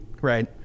right